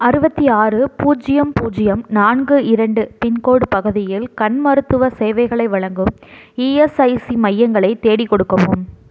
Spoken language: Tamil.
அறுபத்தி ஆறு பூஜ்ஜியம் பூஜ்ஜியம் நான்கு இரண்டு பின்கோடு பகுதியில் கண் மருத்துவ சேவைகளை வழங்கும் ஈஎஸ்ஐசி மையங்களை தேடிக் கொடுக்கவும்